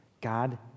God